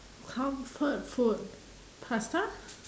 comfort food pasta